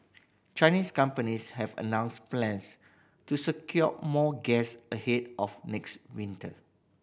Chinese companies have announced plans to secure more gas ahead of next winter